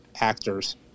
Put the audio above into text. actors